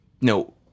no